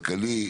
כלכלי,